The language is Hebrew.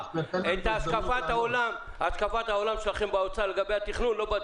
אבל זה מראה מקום של תוספת 1% ללולים ללא כלובים.